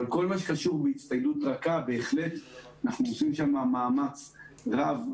אבל כל מה שקשור בהצטיידות רכה בהחלט אנחנו עושים שם מאמץ רב,